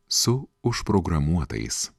su užprogramuotais